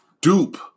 dupe